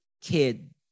kid